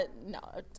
no